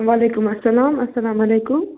وعلیکُم اسلام اسلام علیکُم